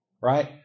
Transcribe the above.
Right